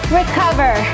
recover